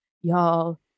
y'all